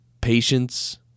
patience